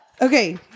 okay